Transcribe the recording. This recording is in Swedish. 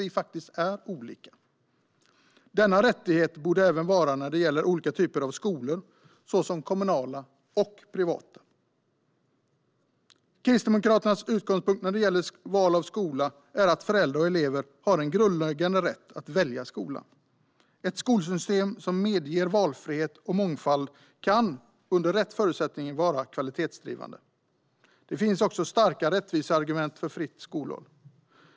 Den rättigheten borde även gälla när det handlar om att välja olika typer av skolor, som kommunala och privata. Kristdemokraternas utgångspunkt när det gäller val av skola är att föräldrar och elever har en grundläggande rätt att välja. Ett skolsystem som medger valfrihet och mångfald kan, under rätt förutsättningar, vara kvalitetsdrivande. Det finns också starka rättviseargument för fritt skolval.